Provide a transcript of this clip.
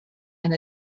and